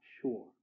sure